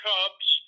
Cubs